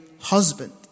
husband